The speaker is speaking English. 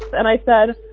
and i said,